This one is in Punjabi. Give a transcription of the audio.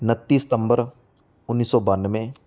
ਉਨੱਤੀ ਸਤੰਬਰ ਉੱਨੀ ਸੌ ਬਾਨਵੇਂ